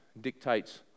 dictates